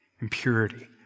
Impurity